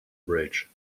bridge